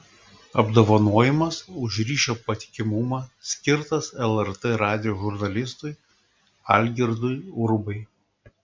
apdovanojimas už ryšio patikimumą skirtas lrt radijo žurnalistui algirdui urbai